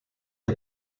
est